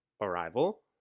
Arrival